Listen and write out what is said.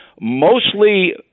mostly